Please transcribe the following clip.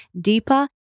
deeper